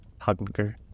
hunger